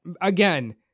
Again